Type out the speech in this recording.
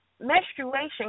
Menstruation